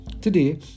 Today